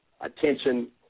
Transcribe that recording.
attention